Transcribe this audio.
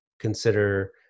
consider